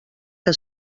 que